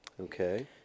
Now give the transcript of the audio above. Okay